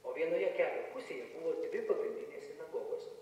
o vienoje kelio pusėje buvo dvi pagrindinės sinagogos